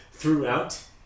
Throughout